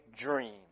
dream